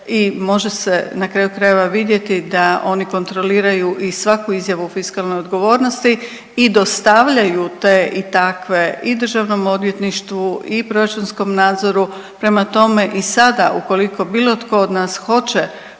može se na kraju krajeva vidjeti da oni kontroliraju i svaku izjavu fiskalne odgovornosti i dostavljaju te i takve i Državnom odvjetništvu i proračunskom nadzoru. Prema tome i sada ukoliko bilo tko od nas hoće